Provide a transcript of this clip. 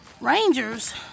Rangers